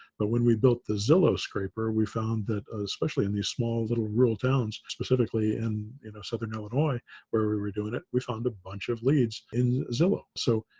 but when we built the zillow scraper, we found that especially in these small little rural towns, specifically in in southern illinois where we were doing it we found a bunch of leads in zillow. so,